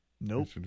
Nope